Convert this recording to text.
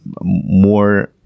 more